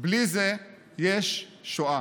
בלי זה יש שואה.